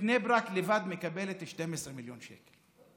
ובני ברק לבדה מקבלת 12 מיליון שקל.